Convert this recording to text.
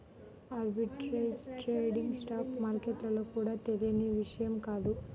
arbitrage trading stock మార్కెట్లలో కూడా తెలియని విషయం కాదు